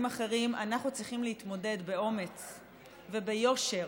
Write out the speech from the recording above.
אחרים אנחנו צריכים להתמודד באומץ וביושר,